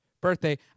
birthday